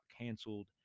canceled